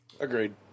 Agreed